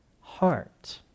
heart